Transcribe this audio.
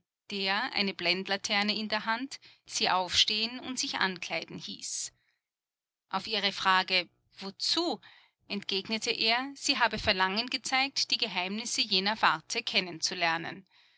der eine blendlaterne in der hand sie aufstehen und sich ankleiden hieß auf ihre frage wozu entgegnete er sie habe verlangen gezeigt die geheimnisse jener warte